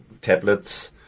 tablets